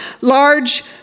large